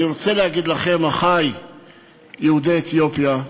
אני רוצה להגיד לכם, אחי יהודי אתיופיה,